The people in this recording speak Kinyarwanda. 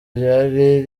ryari